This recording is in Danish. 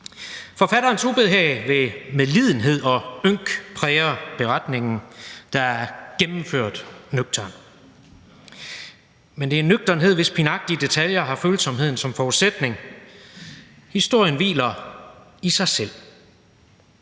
Forfatterens ubehag ved medlidenhed og ynk præger beretningen, der er gennemført nøgtern. Men det er en nøgternhed, hvis pinagtige detaljer har følsomheden som forudsætning. Historien hviler i sig selv.